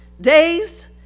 dazed